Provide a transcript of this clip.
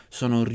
sono